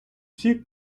всі